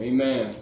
Amen